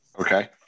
Okay